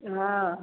हँ